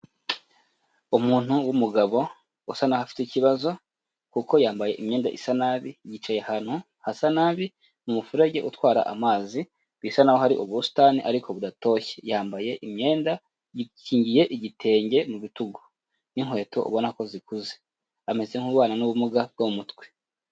Umuntu w'umugabo usa n'aho afite ikibazo kuko yambaye imyenda isa nabi, yicaye ahantu hasa nabi, mu muferege utwara amazi bisa naho hari ubusitani ariko budatoshye, yambaye imyenda yikingiye igitenge mu bitugu n'inkweto ubona ko zikuze, ameze nk'ubana n'ubumuga bwo mu mutwe.